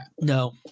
no